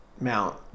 mount